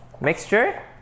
mixture